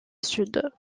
sud